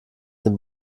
den